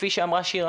כפי שאמרה שירה.